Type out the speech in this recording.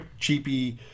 cheapy